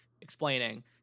explaining